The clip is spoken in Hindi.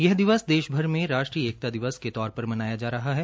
यह दिवस देश भर में राष्ट्रीय एकता दिवस के तौरपर मनाया जा रहा है